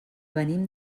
venim